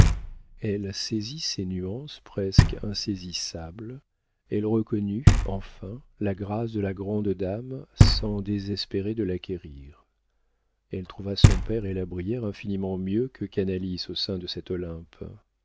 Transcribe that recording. elle saisit ces nuances presque insaisissables elle reconnut enfin la grâce de la grande dame sans désespérer de l'acquérir elle trouva son père et la brière infiniment mieux que canalis au sein de cet olympe